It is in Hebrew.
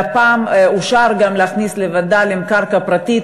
והפעם אושר גם להכניס לווד"לים קרקע פרטית,